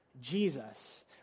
Jesus